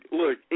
look